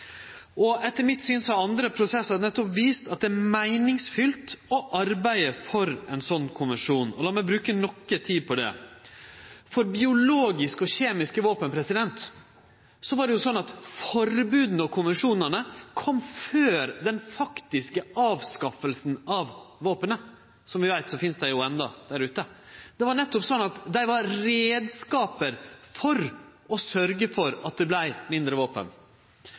våpentypar. Etter mitt syn har andre prosessar nettopp vist at det er meiningsfylt å arbeide for ein slik konvensjon. Lat meg bruke noko tid på det. For biologiske og kjemiske våpen var det slik at forboda og konvensjonane kom før den faktiske avskaffinga av våpenet – som vi veit finst det endå der ute. Det var nettopp slik at dei var reiskap for å sørgje for at det vart færre våpen.